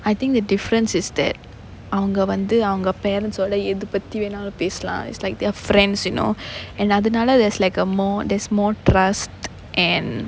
I think the difference is that அவங்க வந்து அவங்க:avanga vanthu avanga parents ஓட எது பத்தி வேணாலும் பேசலாம்:oda ethu pathi venaalum pesalaam it is like they are friends you know and அதனால:athanaala there's like a more there's more trust and